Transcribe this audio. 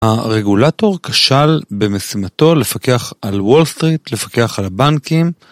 הרגולטור כשל במשימתו לפקח על wall street, לפקח על הבנקים